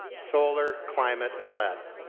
solar climate and lead.